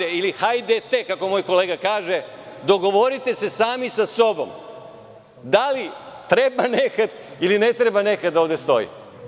Hajde ili hajdete, kako moj kolega kaže, dogovorite se sami sa sobom da li treba nehat ili ne treba nehat ovde da stoji.